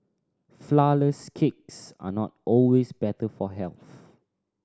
flourless cakes are not always better for health